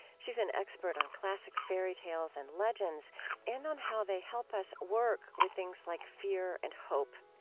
she's an expert on classic fairy tales and legends and on how they help us work with things like fear and hope.